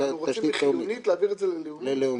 אנחנו רוצים להעביר את זה ללאומית,